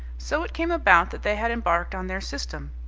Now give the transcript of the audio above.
so it came about that they had embarked on their system.